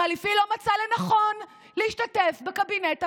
החליפי לא מצא לנכון להשתתף בקבינט הקורונה.